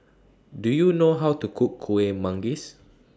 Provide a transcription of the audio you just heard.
Do YOU know How to Cook Kueh Manggis